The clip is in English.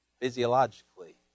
physiologically